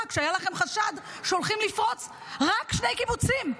כשהיה לכם חשד שהולכים לפרוץ רק שני קיבוצים.